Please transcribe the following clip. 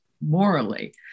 morally